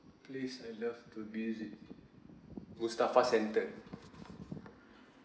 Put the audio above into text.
place I love to visit mustafa centre